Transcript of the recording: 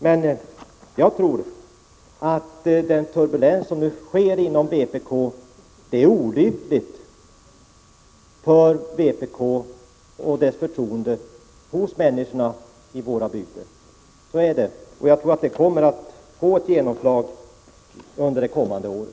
Men jag tror att den nuvarande turbulensen inom vpk är olycklig med hänsyn till människors förtroende för vpk ute i bygderna. Det blir nog ett genomslag härvidlag under det kommande året.